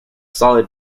solid